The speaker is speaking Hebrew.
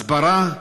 הסברה,